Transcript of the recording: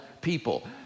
people